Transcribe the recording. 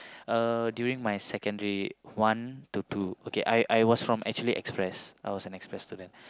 uh during my secondary one to two okay I I was from actually express I was an express student